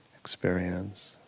experience